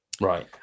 Right